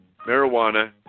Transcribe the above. marijuana